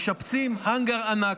משפצים האנגר ענק,